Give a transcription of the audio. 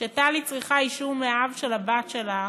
כשטלי צריכה אישור מהאב של הבת שלה